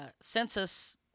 census